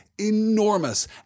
enormous